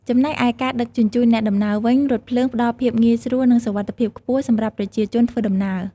ចំណែកឯការដឹកជញ្ជូនអ្នកដំណើរវិញ រថភ្លើងផ្តល់ភាពងាយស្រួលនិងសុវត្ថិភាពខ្ពស់សម្រាប់ប្រជាជនធ្វើដំណើរ។